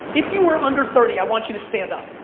if you were under thirty, i want you to stand up.